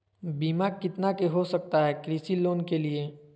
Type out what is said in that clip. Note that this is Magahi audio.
बीमा कितना के हो सकता है कृषि लोन के लिए?